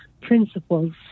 principles